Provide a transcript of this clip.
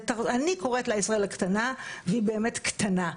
אני קוראת לה ישראל הקטנה, והיא באמת קטנה.